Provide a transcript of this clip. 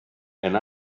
and